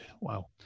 Wow